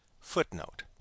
Footnote